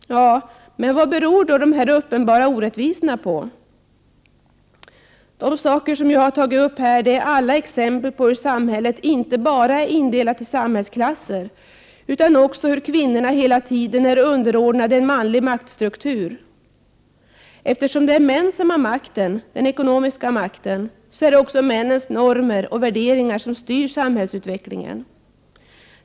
Nå, men vad beror då dessa uppenbara orättvisor på? Ja, de saker som jag här har tagit upp är alla exempel inte bara på att samhället är indelat i samhällsklasser, utan på att kvinnorna hela tiden är underordnade en manlig maktstruktur. Eftersom det är män som har makten — den ekonomiska makten — är det också männens normer och värderingar som styr samhällsutvecklingen.